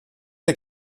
der